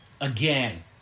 Again